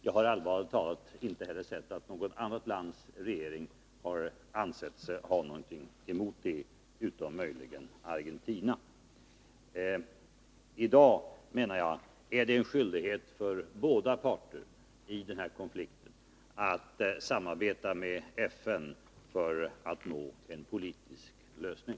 Jag har inte heller sett att något annat lands regering har ansett sig ha någonting emot det, utom möjligen Argentinas. I dag anser jag att det är en skyldighet för båda parter i den här konflikten att samarbeta med FN för att nå en politisk lösning.